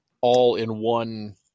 all-in-one